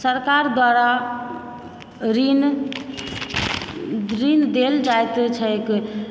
सरकार द्वारा ऋण ऋण देल जाइत छैक